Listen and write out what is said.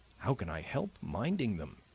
how can i help minding them?